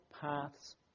paths